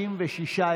56,